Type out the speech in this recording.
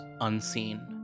Unseen